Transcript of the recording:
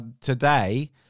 today